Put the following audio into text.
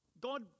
God